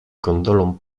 gondolą